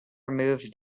removed